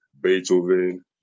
Beethoven